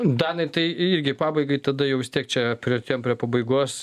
danai tai irgi pabaigai tada jau vis tiek čia priartėjom prie pabaigos